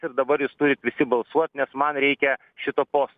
ir dabar jūs turit visi balsuot nes man reikia šito posto